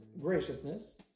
graciousness